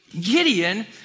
Gideon